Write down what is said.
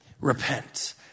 Repent